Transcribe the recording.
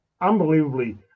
unbelievably